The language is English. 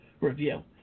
review